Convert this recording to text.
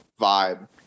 vibe